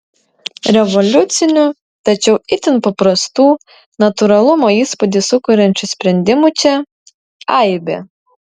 revoliucinių tačiau itin paprastų natūralumo įspūdį sukuriančių sprendimų čia aibė